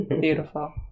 Beautiful